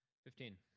Fifteen